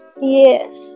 Yes